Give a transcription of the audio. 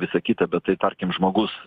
visa kita bet tai tarkim žmogus